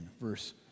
Verse